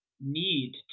need